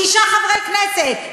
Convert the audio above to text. שישה חברי כנסת,